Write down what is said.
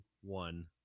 one